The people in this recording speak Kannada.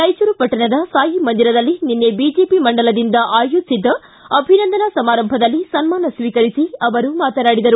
ರಾಯಚೂರು ಪಟ್ಟಣದ ಸಾಯಿ ಮಂದಿರದಲ್ಲಿ ನಿನ್ನೆ ಬಿಜೆಪಿ ಮಂಡಲದಿಂದ ಆಯೋಜಿಸಿದ್ದ ಅಭಿನಂದನಾ ಸಮಾರಂಭದಲ್ಲಿ ಸನ್ನಾನ ಸ್ವೀಕರಿಸಿ ವರು ಮಾತನಾಡಿದರು